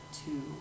two